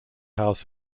house